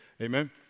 Amen